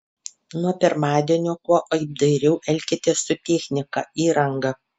nuo pirmadienio kuo apdairiau elkitės su technika įranga